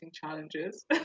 challenges